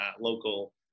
local